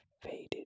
faded